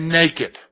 naked